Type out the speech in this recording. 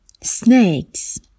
snakes